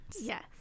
Yes